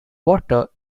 water